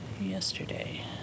yesterday